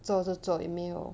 做做做也没有